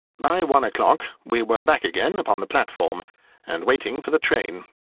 by one o'clock we were back again upon the platform and waiting for the train.